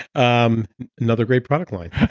um another great product line.